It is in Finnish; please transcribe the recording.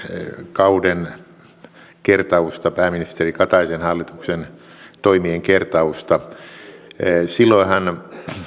kauden kertausta pääministeri kataisen hallituksen toimien kertausta silloinhan